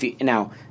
Now